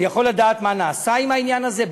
אני יכול לדעת מה נעשה בעניין הזה?